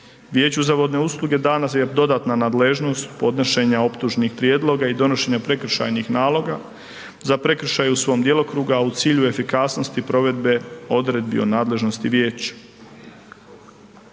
Vijeću za vodne usluge dana je dodatna nadležnost podnošenja optužnih prijedloga i donošenja prekršajnih naloga za prekršaj u svom djelokrugu a u cilju efikasnosti provedbe odredbi o nadležnosti vijeća.